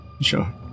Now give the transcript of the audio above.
Sure